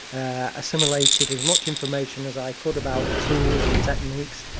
assimilated as much information as i could about tools and techniques,